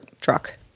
truck